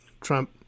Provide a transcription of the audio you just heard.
Trump